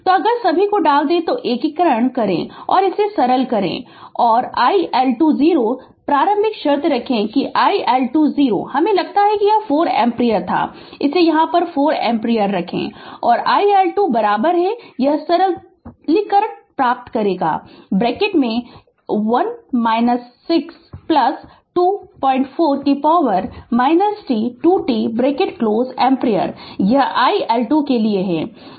तो अगर सभी डाल दें तो एकीकरण करें और सरल करें और iL2 0 प्रारंभिक शर्त रखें कि iL2 0 मुझे लगता है कि यह 4 एम्पीयर था इसे यहां 4 एम्पीयर रखें और iL2 t यह सरलीकरण प्राप्त करें ब्रैकेट में 1624 e t 2 t bracket close ampere यह iL2 के लिए है